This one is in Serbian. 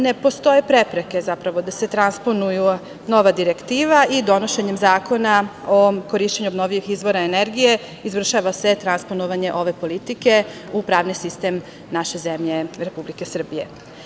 Ne postoje prepreke, zapravo da se transponuje nova direktiva i donošenjem zakona o korišćenju obnovljivih izvora energije izvršava se transponovanje ove politike u pravni sistem naše zemlje Republike Srbije.